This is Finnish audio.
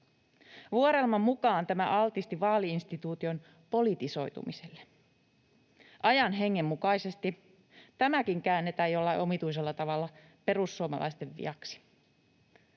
Vuorelman mukaan tämä altisti vaali-instituution politisoitumiselle. Ajan hengen mukaisesti tämäkin käännetään jollain omituisella tavalla perussuomalaisten viaksi.